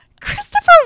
Christopher